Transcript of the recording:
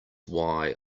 why